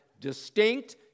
distinct